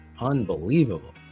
Unbelievable